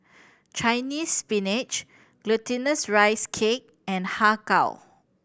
Chinese Spinach Glutinous Rice Cake and Har Kow